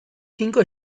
cinco